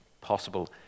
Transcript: possible